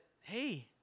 hey